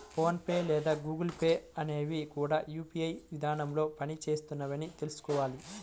phone pay లేదా Google Pay అనేవి కూడా యూ.పీ.ఐ విధానంలోనే పని చేస్తున్నాయని తెల్సుకోవాలి